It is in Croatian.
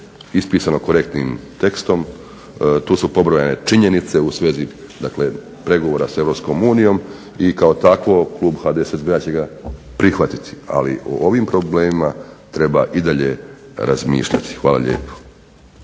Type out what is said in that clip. ispisano korektnim tekstom, tu su pobrojane činjenice u svezi dakle pregovora s EU i kao takvo klub HDSSB-a će ga prihvatiti. Ali, o ovim problemima treba i dalje razmišljati. Hvala lijepo.